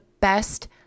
best